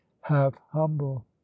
half-humble